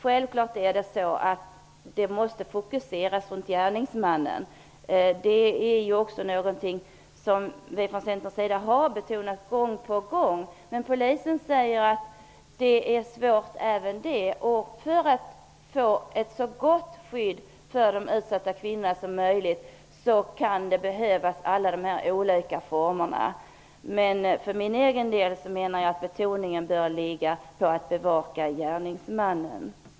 Självklart måste uppmärksamheten fokuseras kring gärningsmannen. Det är också någonting som vi från Centern har betonat gång på gång. Men polisen säger att det är svårt. För att få ett så gott skydd som möjligt för de utsatta kvinnorna kan alla olika former av skydd behövas. För min egen del menar jag att betoningen bör ligga på att bevaka gärningsmannen.